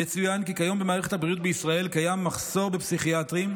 יצוין כי כיום במערכת הבריאות בישראל קיים מחסור בפסיכיאטרים,